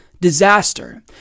disaster